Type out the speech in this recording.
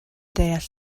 deall